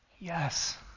yes